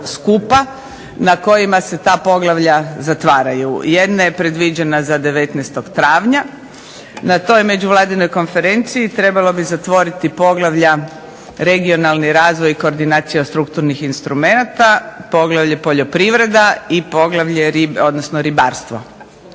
na kojima se ta poglavlja zatvaraju. Jedna je predviđena za 19. travnja. Na toj međuvladinoj konferenciji trebalo bi zatvoriti poglavlja regionalni razvoj i koordinacija strukturnih instrumenata, poglavlje poljoprivreda i poglavlje ribarstvo.